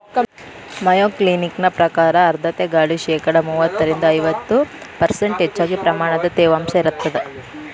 Mayo Clinic ಪ್ರಕಾರ ಆರ್ಧ್ರತೆ ಗಾಳಿ ಶೇಕಡಾ ಮೂವತ್ತರಿಂದ ಐವತ್ತು ಪರ್ಷ್ಂಟ್ ಹೆಚ್ಚಗಿ ಪ್ರಮಾಣದ ತೇವಾಂಶ ಇರತ್ತದ